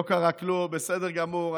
לא קרה כלום, בסדר גמור.